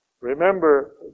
Remember